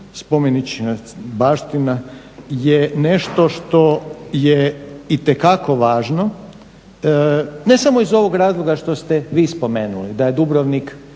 spomeničke baštine je nešto što je itekako važno ne samo iz ovog razloga što ste vi spomenuli da je Dubrovnik,